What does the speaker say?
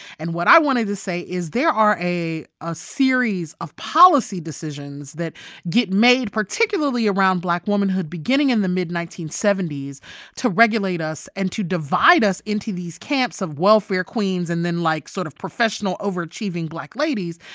and what i wanted to say is there are a ah series of policy decisions decisions that get made, particularly around black womanhood, beginning in the mid nineteen seventy s to regulate us and to divide us into these camps of welfare queens and then, like, sort of professional over-achieving black ladies.